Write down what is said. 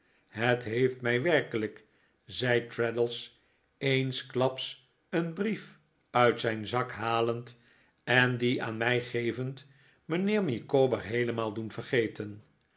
het heeft mij werkelijk zei traddles eensklaps een brief uit zijn zak halend en dien aan mij gevend mijnheer micawber heelemaal doen vergeten